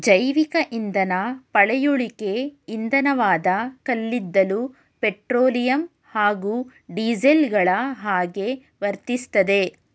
ಜೈವಿಕಇಂಧನ ಪಳೆಯುಳಿಕೆ ಇಂಧನವಾದ ಕಲ್ಲಿದ್ದಲು ಪೆಟ್ರೋಲಿಯಂ ಹಾಗೂ ಡೀಸೆಲ್ಗಳಹಾಗೆ ವರ್ತಿಸ್ತದೆ